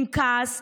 עם כעס,